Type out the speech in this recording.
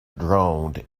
droned